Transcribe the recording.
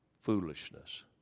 foolishness